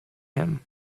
him